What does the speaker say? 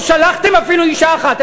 לא שלחתם אפילו אישה אחת.